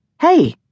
Hey